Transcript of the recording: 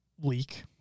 leak